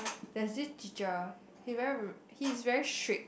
there's this teacher he very he's very strict